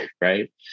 right